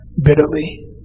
bitterly